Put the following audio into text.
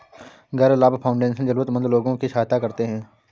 गैर लाभ फाउंडेशन जरूरतमन्द लोगों की सहायता करते हैं